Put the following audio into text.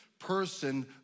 person